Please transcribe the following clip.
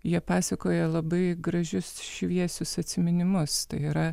jie pasakoja labai gražius šviesius atsiminimus tai yra